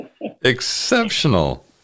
Exceptional